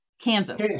Kansas